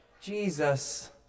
Jesus